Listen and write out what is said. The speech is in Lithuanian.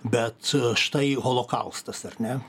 bet štai holokaustas ar ne